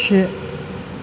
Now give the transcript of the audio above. से